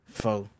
four